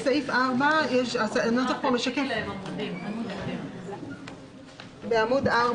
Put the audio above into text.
בעמוד 4